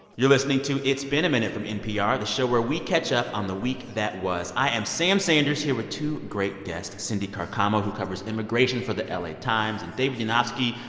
you're listening to it's been a minute from npr, the show where we catch up on the week that was. i am sam sanders, here with two great guests, cindy carcamo, who covers immigration for the la times, and david yanofsky,